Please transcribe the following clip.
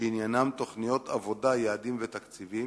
שעניינם תוכניות עבודה, יעדים ותקציבים,